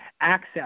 access